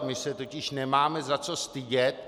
My se totiž nemáme za co stydět.